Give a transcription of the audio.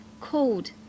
cold